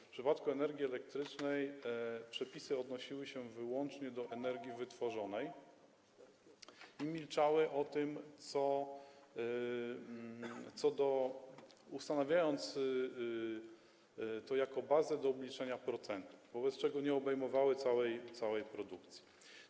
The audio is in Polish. W przypadku energii elektrycznej przepisy odnosiły się wyłącznie do energii wytworzonej i milczały co do... ustanawiając to jako bazę do obliczenia procentów, wobec czego nie obejmowały całej produkcji.